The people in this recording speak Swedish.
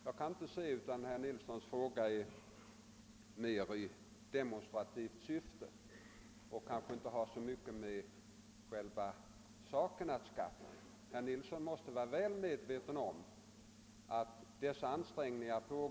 Jag kan inte se annat än att herr Nilssons fråga framställts mera i demonstrativt syfte och inte har så mycket med själva saken att skaffa. Herr Nilsson måste vara väl medveten om att dessa ansträngningar görs.